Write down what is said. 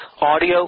audio